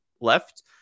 left